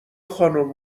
خانم